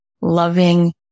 loving